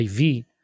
IV